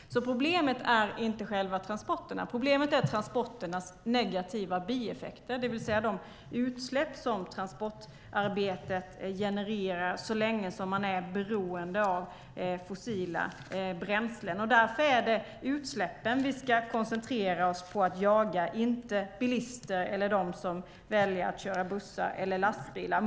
Problemet är alltså inte själva transporterna. Problemet är transporternas negativa bieffekter, det vill säga de utsläpp som transportarbetet genererar så länge som man är beroende av fossila bränslen. Därför är det utsläppen vi ska koncentrera oss på att jaga, inte bilister eller de som väljer att köra bussar eller lastbilar.